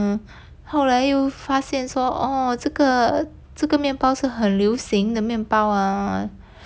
err 后来又发现说哦这个这个面包是很流行的面包啊